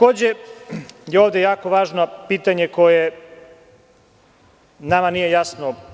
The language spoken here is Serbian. Ovde je jako važno pitanje koje nama nije jasno.